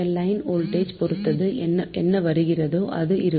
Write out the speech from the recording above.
line voltage பொருத்து என்னவருகிறதோ அது இருக்கும்